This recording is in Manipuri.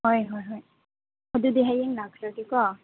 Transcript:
ꯍꯣꯏ ꯍꯣꯏ ꯍꯣꯏ ꯑꯗꯨꯗꯤ ꯍꯌꯦꯡ ꯂꯥꯛꯆꯔꯒꯦꯀꯣ